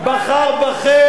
בחר בכם,